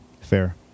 fair